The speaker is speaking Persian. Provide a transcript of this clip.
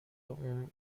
اون